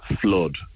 flood